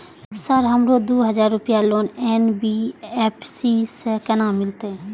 Sir हमरो दूय हजार लोन एन.बी.एफ.सी से केना मिलते?